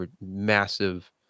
massive